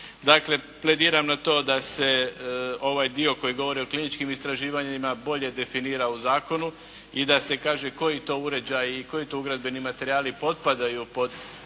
Dakle, plediram na to da se ovaj dio koji govori o kliničkim istraživanjima bolje definira u zakonu i da se kaže koji to uređaji i koji to ugradbeni materijali potpadaju pod